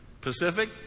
Pacific